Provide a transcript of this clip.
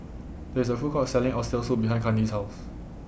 There IS A Food Court Selling Oxtail Soup behind Kandi's House